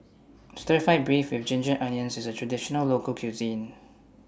Stir Fried Beef with Ginger Onions IS A Traditional Local Cuisine